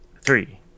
three